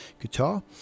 guitar